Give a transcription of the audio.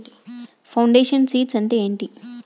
Foundation seeds అంటే ఏంటి?